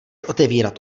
otevírat